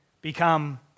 become